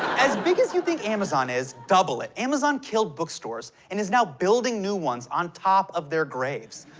as big as you think amazon is, double it. amazon killed bookstores and is now building new ones on top of their graves.